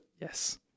Yes